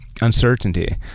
uncertainty